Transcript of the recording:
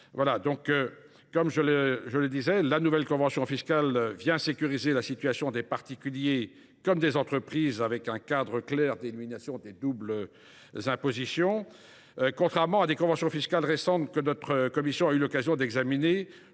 je pense, ce qui est une très bonne chose. Ce texte sécurisera la situation des particuliers comme des entreprises par un cadre clair d’élimination des doubles impositions. Contrairement à des conventions fiscales récentes que notre commission a eu l’occasion d’examiner